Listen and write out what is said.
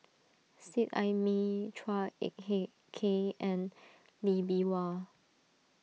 Seet Ai Mee Chua Ek hey Kay and Lee Bee Wah